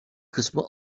kısmı